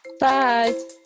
Bye